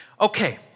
Okay